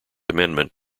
amendment